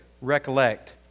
recollect